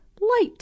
light